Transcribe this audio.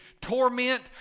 torment